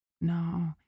No